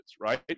right